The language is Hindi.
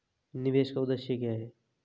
निवेश का उद्देश्य क्या है?